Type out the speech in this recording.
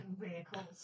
vehicles